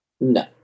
no